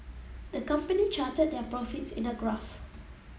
the company charted their profits in a graph